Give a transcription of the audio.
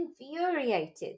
infuriated